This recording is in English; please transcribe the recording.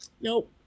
Nope